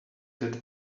that